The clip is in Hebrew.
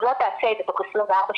אם לא תעשה את זה תוך 24 שעות,